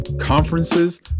conferences